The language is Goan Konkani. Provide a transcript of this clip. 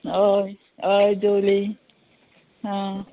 अय अय जेवली आं